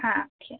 ആ ഓക്കേ